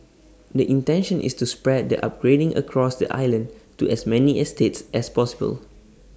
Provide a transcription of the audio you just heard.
the intention is to spread the upgrading across the island to as many estates as possible